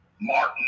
Martin